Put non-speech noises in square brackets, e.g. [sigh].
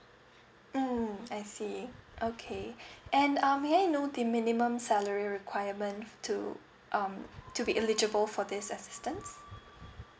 mm I see okay [breath] and um may I know the minimum salary requirement to um to be eligible for this assistance